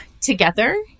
together